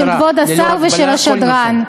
של כבוד השר ושל השדרן."